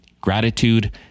gratitude